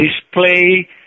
display